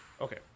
Okay